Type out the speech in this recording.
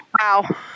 wow